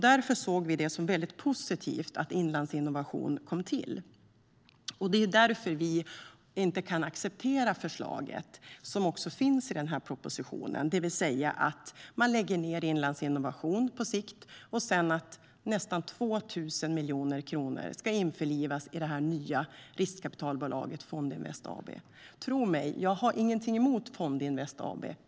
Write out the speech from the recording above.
Därför såg vi det som väldigt positivt att Inlandsinnovation kom till. Och det är därför som vi inte kan acceptera förslaget i propositionen, det vill säga att på sikt lägga ned Inlandsinvasion och att nästan 2 000 miljoner kronor ska införlivas i det nya riskkapitalbolaget Fondinvest AB. Tro mig, jag har ingenting emot Fondinvest AB.